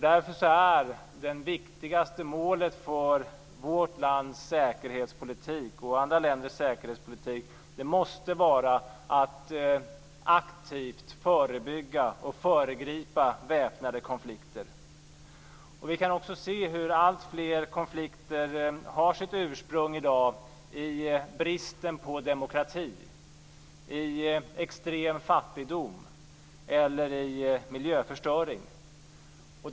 Därför måste det viktigaste målet för vårt lands säkerhetspolitik och för andra länders säkerhetspolitik vara att aktivt förebygga och föregripa väpnade konflikter. Vi kan också se hur alltfler konflikter i dag har sitt ursprung i bristen på demokrati, i extrem fattigdom eller i miljöförstöring.